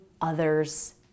others